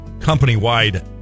company-wide